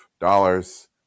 dollars